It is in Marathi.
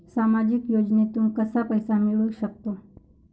सामाजिक योजनेतून कसा पैसा मिळू सकतो?